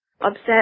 upset